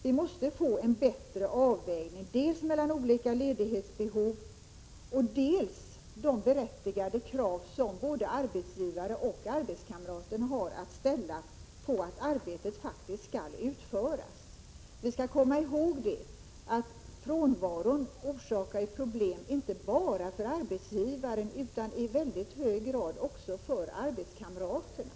Vi måste få en bättre avvägning när det gäller dels olika ledighetsbehov, dels de berättigade krav både arbetsgivare och arbetskamrater kan ställa på att arbetet faktiskt skall utföras. Vi skall komma ihåg att frånvaron orsakar problem inte bara för arbetsgivaren utan i mycket hög grad också för arbetskamraterna.